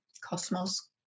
cosmos